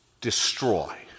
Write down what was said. destroy